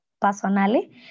personally